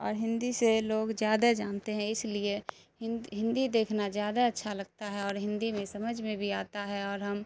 اور ہندی سے لوگ زیادہ جانتے ہیں اس لیے ہندی دیکھنا زیادہ اچھا لگتا ہے اور ہندی میں سمجھ میں بھی آتا ہے اور ہم